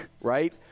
right